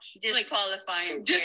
Disqualifying